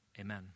Amen